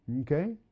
Okay